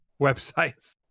websites